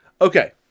okay